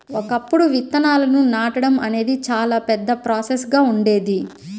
ఒకప్పుడు విత్తనాలను నాటడం అనేది చాలా పెద్ద ప్రాసెస్ గా ఉండేది